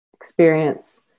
experience